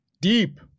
deep